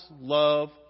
love